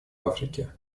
африке